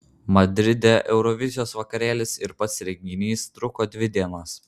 madride eurovizijos vakarėlis ir pats renginys truko dvi dienas